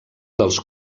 dels